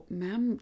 ma'am